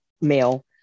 male